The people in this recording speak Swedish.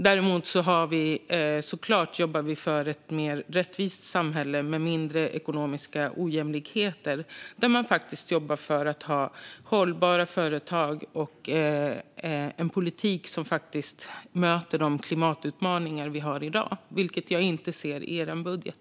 Däremot jobbar vi såklart för ett mer rättvist samhälle med mindre ekonomiska ojämlikheter, ett samhälle med hållbara företag och en politik som möter de klimatutmaningar vi har i dag. Det ser jag inte i er budget.